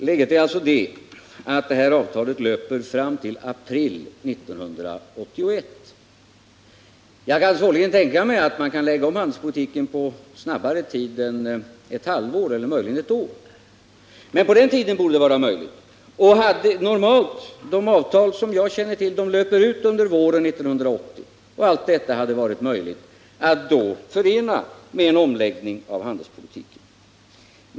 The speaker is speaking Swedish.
Herr talman! Läget är alltså det att avtalet löper fram till april 1981. Jag kan svårligen tänka mig att man kan lägga om handelspolitiken snabbare än på ett halvår. Möjligen kan det ske på ett år. Men inom den tiden borde det vara möjligt. De avtal som jag känner till löper ut under våren 1980. Allt detta hade det varit möjligt att förena med en omläggning av handelspolitiken.